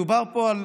מדובר פה על